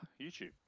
YouTube